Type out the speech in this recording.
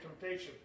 temptation